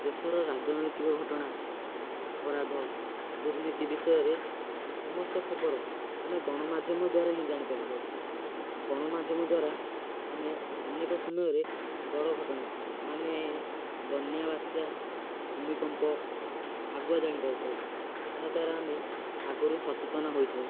ଦେଶର ରାଜନୈତିିକ ଘଟଣା ଅପରାଧ ଦୁର୍ନୀତି ବିଷୟରେ ସମସ୍ତ ଖବର ଆମେ ଗଣମାଧ୍ୟମ ଦ୍ୱାରା ହିଁ ଜାଣିପାରିଥାଉ ଗଣମାଧ୍ୟମ ଦ୍ୱାରା ଆମେ ଅନେକ ସମୟରେ ବଡ଼ଘଟଣା ମାନେ ବନ୍ୟା ବାତ୍ୟା ଭୂମିକମ୍ପ ଆଗୁଆ ଜାଣିପାରିଥାଉ ତାହା ଦ୍ୱାରା ଆମେ ଆଗୁରୁ ସଚେତନ ହୋଇଥାଉ